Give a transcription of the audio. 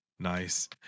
Nice